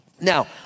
Now